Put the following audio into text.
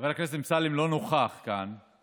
חבר הכנסת אמסלם לא נוכח כאן,